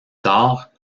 tard